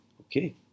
okay